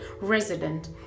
resident